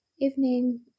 evening